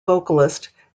vocalist